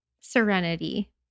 serenity